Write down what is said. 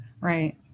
Right